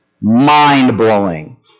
Mind-blowing